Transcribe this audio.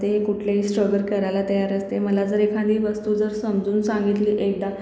कुठलेही स्ट्रगल करायला तयार असते मला जर एखादी वस्तू जर समजून सांगितली एकदा